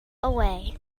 away